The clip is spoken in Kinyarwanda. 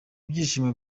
byishimo